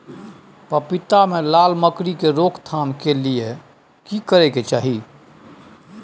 पपीता मे लाल मकरी के रोक थाम के लिये की करै के चाही?